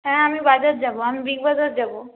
হ্যাঁ আমি বাজার যাবো আমি বিগ বাজার যাবো